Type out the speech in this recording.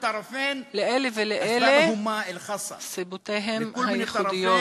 לאלה ולאלה סיבותיהם הייחודיות.